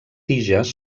tiges